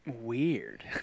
weird